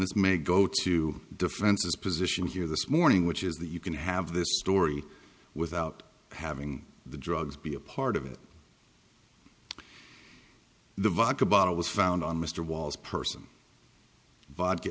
this may go to defense's position here this morning which is that you can have this story without having the drugs be a part of it the vodka bottle was found on mr walls person vodka